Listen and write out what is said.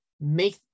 make